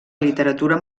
literatura